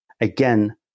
again